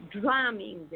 Drumming